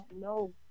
no